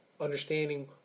understanding